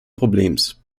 problems